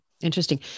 Interesting